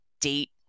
date